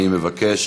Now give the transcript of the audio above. אני מבקש,